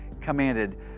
commanded